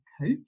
coach